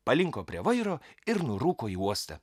palinko prie vairo ir nurūko į uostą